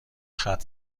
ختنه